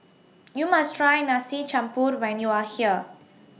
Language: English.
YOU must Try Nasi Campur when YOU Are here